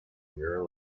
mirror